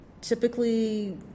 typically